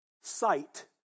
sight